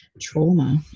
trauma